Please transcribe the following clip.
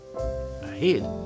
Ahead